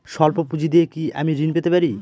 সল্প পুঁজি দিয়ে কি আমি ঋণ পেতে পারি?